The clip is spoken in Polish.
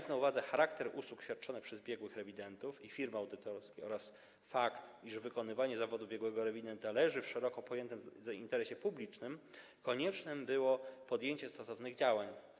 Z uwagi na charakter usług świadczonych przez biegłych rewidentów i firmy audytorskie oraz fakt, iż wykonywanie zawodu biegłego rewidenta leży w szeroko pojętym interesie publicznym, konieczne było podjęcie stosownych działań.